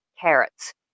carrots